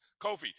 Kofi